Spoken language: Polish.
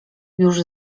już